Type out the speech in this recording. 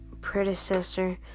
predecessor